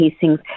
casings